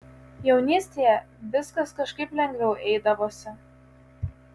jaunystėje viskas kažkaip lengviau eidavosi